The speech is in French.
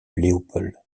léopold